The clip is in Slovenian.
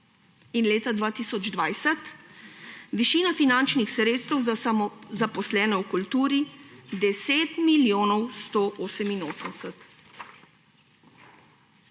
In leta 2020 višina finančnih sredstev za samozaposlene v kulturi – 10 milijonov 188.